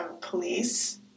police